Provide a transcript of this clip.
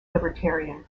libertarian